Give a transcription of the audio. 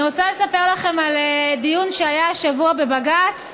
אני רוצה לספר לכם על דיון שהיה השבוע בבג"ץ.